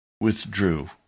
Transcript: withdrew